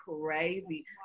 crazy